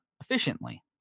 efficiently